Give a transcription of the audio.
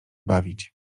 bawić